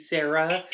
Sarah